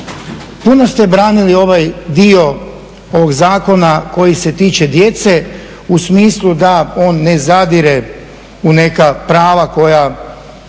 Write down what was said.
puno ste branili ovaj dio ovog zakona koji se tiče djece u smislu da on ne zadire u neka prava koja